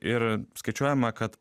ir skaičiuojama kad